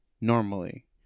normally